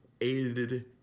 aided